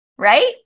right